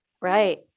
right